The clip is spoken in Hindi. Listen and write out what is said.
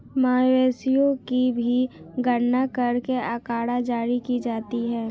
मवेशियों की भी गणना करके आँकड़ा जारी की जाती है